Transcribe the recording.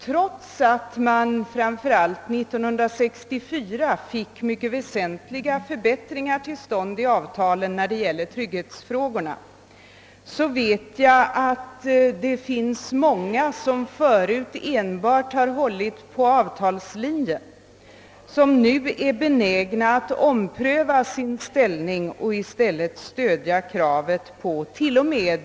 Trots att man framför allt 1964 fick till stånd mycket väsentliga förbättringar i avtalen när det gäller trygghetsfrågorna, vet jag att det finns många som förut enbart anslöt sig till avtalslinjen men som nu är benägna att ompröva sin ställning och i stället till och med stödja kravet på en lagstiftning.